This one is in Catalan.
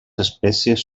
espècies